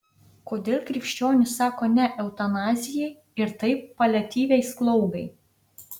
kodėl krikščionys sako ne eutanazijai ir taip paliatyviai slaugai